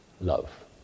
Love